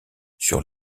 sur